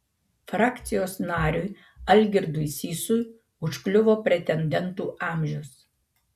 frakcijos nariui algirdui sysui užkliuvo pretendentų amžius